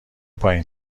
پایین